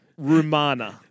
Rumana